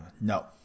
no